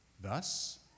Thus